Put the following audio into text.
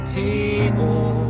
people